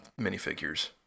minifigures